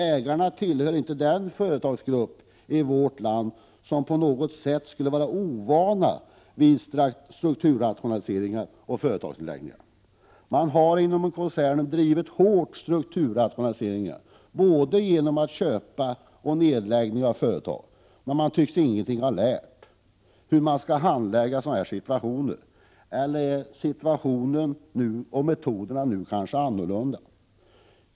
Ägarna tillhör inte en företagsgrupp i vårt land som på något sätt skulle vara ovan vid strukturrationaliseringar och företagsnedläggningar. Inom koncernen har strukturrationaliseringen drivits hårt, både genom köp och nedläggning av företag, men man tycks ingenting ha lärt om hur man skall förfara i sådana situationer. | Eller är metoderna nu annorlunda?